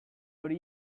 hori